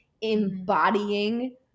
embodying